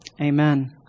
Amen